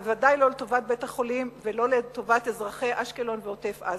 וודאי לא לטובת בית-החולים ולא לטובת אזרחי אשקלון ועוטף-עזה.